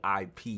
ip